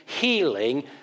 healing